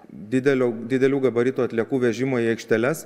didelio didelių gabaritų atliekų vežimo į aikšteles